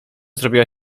zrobiła